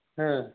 हां